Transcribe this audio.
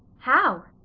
how?